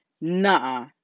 Nah